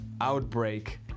outbreak